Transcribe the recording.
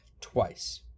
twice